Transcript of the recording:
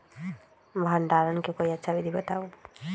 भंडारण के कोई अच्छा विधि बताउ?